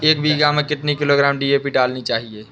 एक बीघा खेत में कितनी किलोग्राम डी.ए.पी डालनी चाहिए?